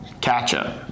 catch-up